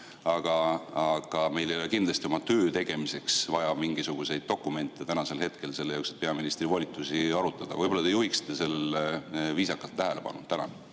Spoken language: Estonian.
aga meil ei ole kindlasti oma töö tegemiseks vaja mingisuguseid dokumente tänasel hetkel selle jaoks, et peaministri volitusi arutada. Võib-olla te juhiksite sellele viisakalt tähelepanu.